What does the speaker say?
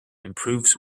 improves